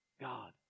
God